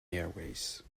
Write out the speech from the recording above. airways